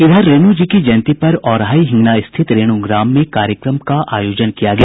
इधर रेणु जी की जयंती पर औराही हिंगना स्थित रेणु ग्राम में कार्यक्रम का आयोजन किया गया